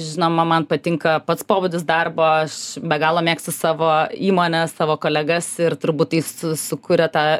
žinoma man patinka pats pobūdis darbo aš be galo mėgstu savo įmonę savo kolegas ir turbūt jis su sukuria tą